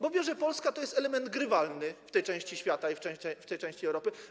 Bo wie, że Polska to jest element grywalny w tej części świata i w tej części Europy.